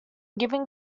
giving